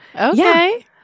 Okay